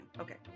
Okay